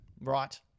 right